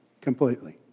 completely